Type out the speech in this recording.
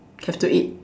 have to eat